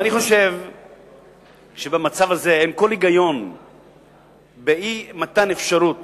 אני חושב שבמצב הזה אין כל היגיון באי-מתן אפשרות